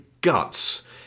guts